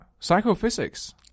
psychophysics